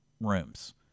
rooms